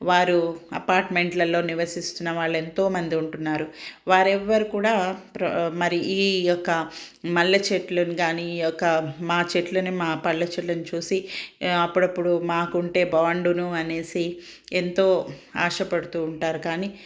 వారు అపార్ట్మెంట్లలో నివసిస్తున్న వాళ్ళు ఎంతోమంది ఉంటున్నారు వారెవ్వరు కూడా మరి ఈ యొక్క మల్లె చెట్లుని గానీ ఈ యొక్క మా చెట్లని మా పళ్ళ చెట్లని చూసి అప్పుడప్పుడు మాకు ఉంటే బాగుండును అనేసి ఎంతో ఆశపడుతూ ఉంటారు కానీ